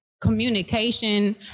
communication